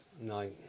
No